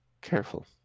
Careful